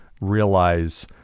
realize